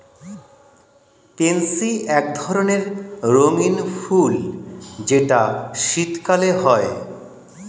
pansy এক ধরণের রঙ্গীন ফুল যেটা শীতকালে হয়